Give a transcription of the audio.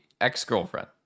ex-girlfriend